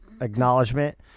acknowledgement